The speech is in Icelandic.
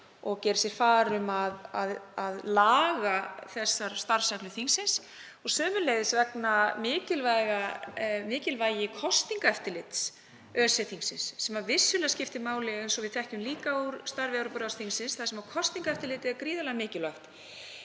og gera sér far um að laga starfsreglur þingsins, sömuleiðis vegna mikilvægis kosningaeftirlits ÖSE-þingsins sem vissulega skiptir máli eins og við þekkjum líka úr starfi Evrópuráðsþingsins þar sem kosningaeftirlit er gríðarlega mikilvægt.